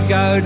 go